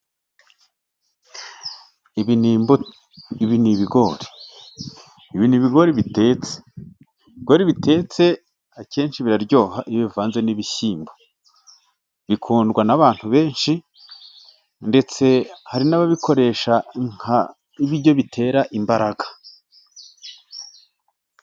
Ibi ni ibigori, ibi ni ibigori bitetse ibigori bitetse akenshi biraryoha iyo bivanze n'ibishyimbo, bikundwa n'abantu benshi ndetse hari n'ababikoresha nk'ibiryo bitera imbaraga.